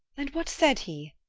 and what said he?